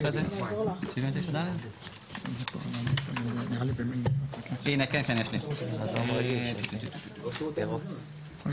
זה מסמך שבדרך כלל יהיה קושי להשיג אותו מגורם מוסמך באיחוד האירופי